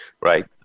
right